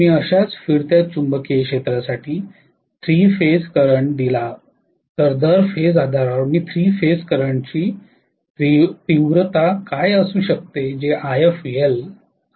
मी अशाच फिरत्या चुंबकीय क्षेत्रासाठी 3 फेज करंट दिला असेल तर दर फेज आधारावर मी 3 फेज करंटची तीव्रता काय असू शकते जे Ifl आहे